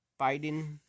Biden